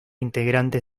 integrantes